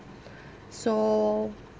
so